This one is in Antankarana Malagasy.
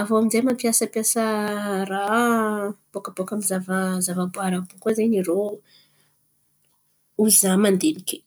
Aviô aminjay mampiasampiasa raha bôka bôka amy zava- zavaboary àby io koa zen̈y irô, ho za mandiniky.